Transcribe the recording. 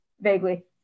vaguely